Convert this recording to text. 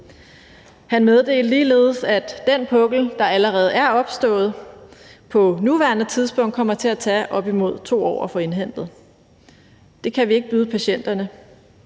Han meddelte ligeledes, at den pukkel, der allerede er opstået, på nuværende tidspunkt kommer til at tage op mod 2 år at få indhentet. Det kan vi ikke byde patienterne